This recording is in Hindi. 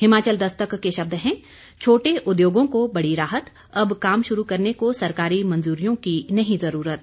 हिमाचल दस्तक के शब्द हैं छोटे उद्योगों को बड़ी राहत अब काम शुरू करने को सरकारी मंजूरियों की नहीं जरूरत